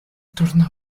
tornò